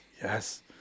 yes